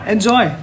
Enjoy